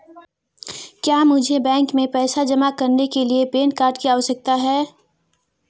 क्या मुझे बैंक में पैसा जमा करने के लिए पैन कार्ड की आवश्यकता है?